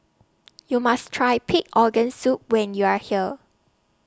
YOU must Try Pig Organ Soup when YOU Are here